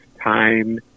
time